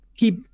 keep